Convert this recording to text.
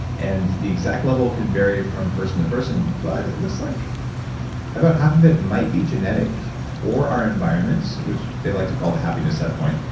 and the exact level can vary from person to person, but it looks like about half of it might be genetic or our environments, which they like to call the happiness setpoint,